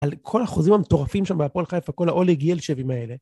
על כל החוזים המטורפים שם בהפועל חיפה, כל האולג הלשבים האלה.